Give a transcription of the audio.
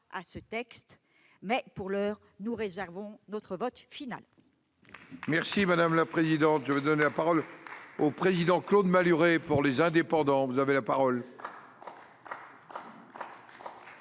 à ce texte, mais, pour l'heure, nous réservons notre vote final.